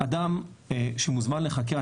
אדם שמוזמן לחקירה,